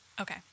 Okay